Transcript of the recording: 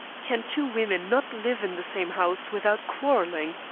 can two women not live in the same house without quarrelling?